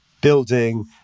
building